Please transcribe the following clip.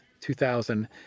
2000